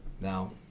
Now